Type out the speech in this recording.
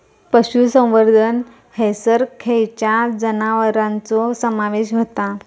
पशुसंवर्धन हैसर खैयच्या जनावरांचो समावेश व्हता?